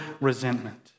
resentment